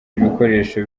ibikoresho